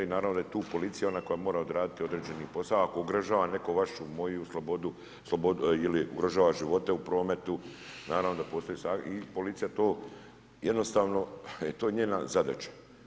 I naravno da je tu policija ona koja mora odraditi određeni posao ako ugrožava netko vašu, moju slobodu ili ugrožava živote u prometu naravno da postoji i policija to jednostavno je to njena zadaća.